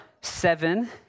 seven